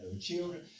children